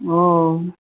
ओ